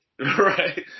Right